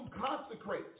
consecrate